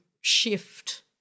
shift